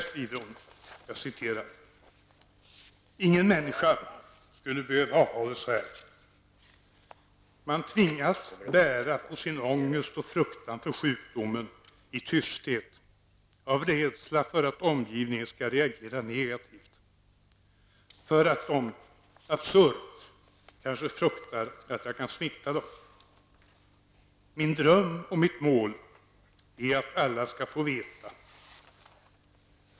Så här skriver hon: ''Ingen människa skulle behöva ha det så här. Man tvingas bära på sin ångest och fruktan för sjukdomen i tysthet av rädsla för att omgivningen ska reagera negativt. För att de -- absurt -- kanske fruktar att jag kan smitta dem! Min dröm och mitt mål är att alla ska få veta.